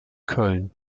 köln